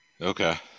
Okay